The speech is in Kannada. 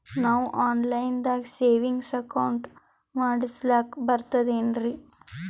ನಾವು ಆನ್ ಲೈನ್ ದಾಗ ಸೇವಿಂಗ್ಸ್ ಅಕೌಂಟ್ ಮಾಡಸ್ಲಾಕ ಬರ್ತದೇನ್ರಿ?